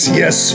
yes